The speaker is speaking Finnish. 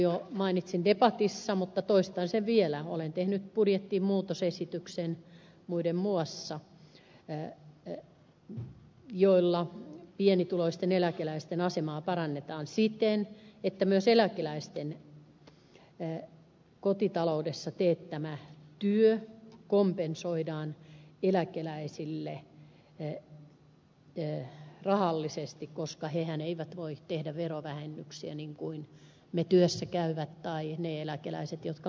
mainitsin jo debatissa mutta toistan sen vielä että olen tehnyt budjettiin muutosesityksen jolla pienituloisten eläkeläisten asemaa parannetaan siten että myös näiden kotitaloudessaan teettämä työ kompensoidaan eläkeläisille rahallisesti koska hehän eivät voi tehdä verovähennyksiä niin kuin me työssäkäyvät tai ne eläkeläiset jotka maksavat veroja